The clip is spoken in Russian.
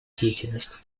деятельность